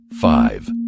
five